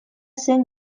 zen